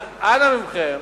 אז אנא מכם,